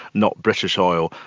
not british, oil,